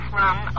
run